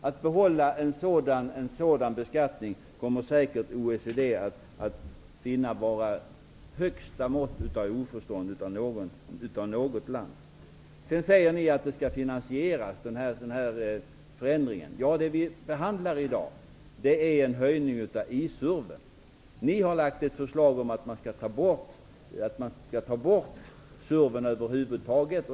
Att behålla en sådan beskattning skulle OECD säkert finna vara högsta mått av oförstånd av något land. Vänsterpartiet säger att förändringen skall finansieras. Det vi i dag behandlar är en höjning av I-SURV:en. Vänsterpartiet har lagt fram ett förslag, som Lars Bäckström nu tar upp, om att ta bort SURV:en över huvud taget.